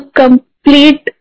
complete